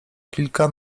kilka